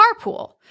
Carpool